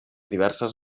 diverses